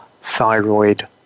thyroid